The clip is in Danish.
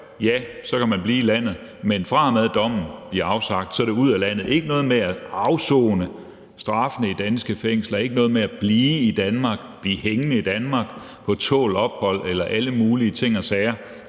falder, kan man blive i landet, men fra og med at dommen bliver afsagt, er det ud af landet. Ikke noget med at afsone straffene i danske fængsler, ikke noget med at blive hængende i Danmark på tålt ophold eller alle mulige ting og sager